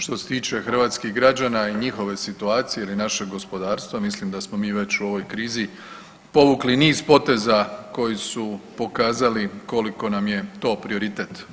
Što se tiče hrvatskih građana i njihove situacije ili našeg gospodarstva, mislim da smo mi već u ovoj krizi povukli niz poteza koji su pokazali koliko nam je to prioritet.